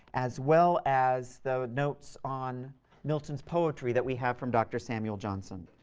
as well as the notes on milton's poetry that we have from dr. samuel johnson.